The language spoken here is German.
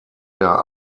der